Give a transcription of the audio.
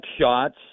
shots